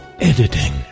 editing